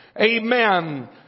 Amen